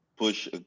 Push